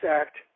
act